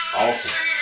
awesome